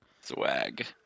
Swag